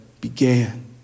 began